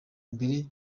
mbere